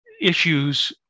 issues